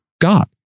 God